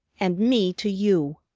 and me to you!